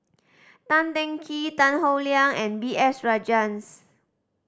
Tan Teng Kee Tan Howe Liang and B S Rajhans